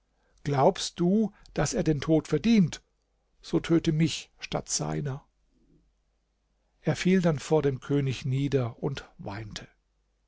glaubst du daß er den tod verdient so töte mich statt seiner er fiel dann vor dem könig nieder und weinte